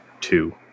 two